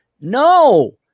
No